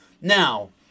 Now